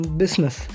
business